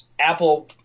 apple